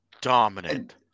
dominant